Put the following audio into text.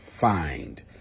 find